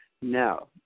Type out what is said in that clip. No